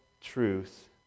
truth